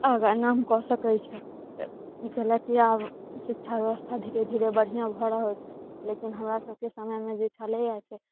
आगाँ नाम कऽ सकैत छै कैलाकि आब शिक्षा व्यवस्था धीरे धीरे बढ़िआँ भऽ रहल छै लेकिन हमरा सबके समयमे जे छलैया से